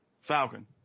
Falcon